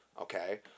Okay